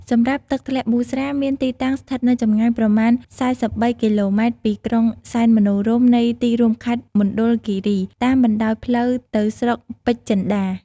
សម្រាប់ទឹកធ្លាក់ប៊ូស្រាមានទីតាំងស្ថិតនៅចម្ងាយប្រមាណ ៤៣គីឡូម៉ែត្រពីក្រុងសែនមនោរម្យនៃទីរួមខេត្តមណ្ឌលគិរី តាមបណ្តោយផ្លូវទៅស្រុកពេជ្រចិន្តា។